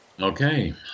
Okay